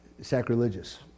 sacrilegious